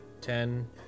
Ten